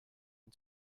and